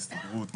ההסתדרות,